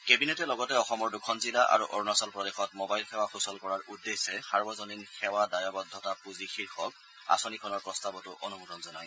কেবিনেটে লগতে অসমৰ দুখন জিলা আৰু অৰুণাচল প্ৰদেশত মোবাইল সেৱা সূচল কৰাৰ উদ্দেশ্যে সাৰ্বজনীন সেৱা দ্বায়বদ্ধতা পুঁজি শীৰ্ষক আঁচনিখনৰ প্ৰস্তাবতো অনুমোদন জনায়